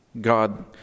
God